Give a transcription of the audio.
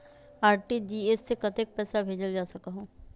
RTGS से कतेक पैसा भेजल जा सकहु???